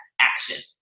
action